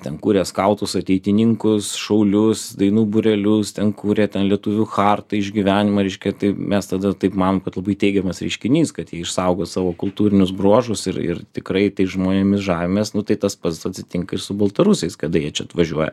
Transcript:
ten kūrės skautus ateitininkus šaulius dainų būrelius ten kūrė ten lietuvių chartą išgyvenimą reiškia tai mes tada taip manom kad labai teigiamas reiškinys kad jie išsaugos savo kultūrinius bruožus ir ir tikrai tais žmonėmis žavimės nu tai tas pats atsitinka ir su baltarusais kada jie čia atvažiuoja